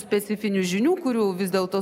specifinių žinių kurių vis dėlto